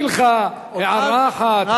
אפשרתי לך הערה אחת,